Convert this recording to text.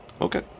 Okay